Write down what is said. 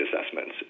assessments